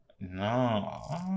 No